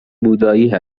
بودایی